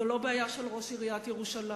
זו לא בעיה של ראש עיריית ירושלים,